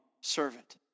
servant